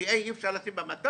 כי אי אפשר לשים במטוס,